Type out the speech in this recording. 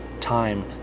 time